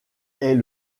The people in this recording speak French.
est